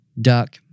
duck